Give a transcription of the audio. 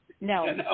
No